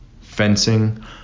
fencing